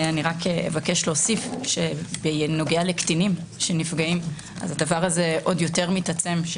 אני רק מבקשת להוסיף שבנוגע לקטינים שנפגעים הדבר הזה עוד יותר מתעצם.